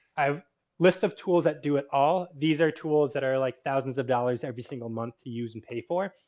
i have list of tools that do it all. these are tools that are like thousands of dollars every single month to use and pay for.